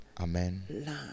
Amen